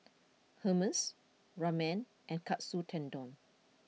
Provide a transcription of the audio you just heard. Hummus Ramen and Katsu Tendon